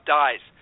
dies